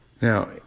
now